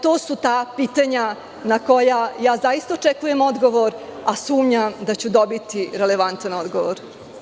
To su ta pitanja na koja zaista očekujem odgovor, a sumnjam da ću dobiti relevantan odgovor.